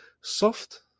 soft